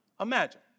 Imagine